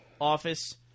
Office